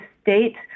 state